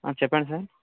చెప్పండి సార్